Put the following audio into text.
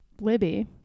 Libby